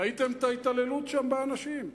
ראיתם את ההתעללות באנשים שם?